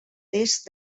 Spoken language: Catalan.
est